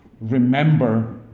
remember